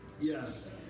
yes